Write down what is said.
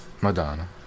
Madonna